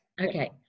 Okay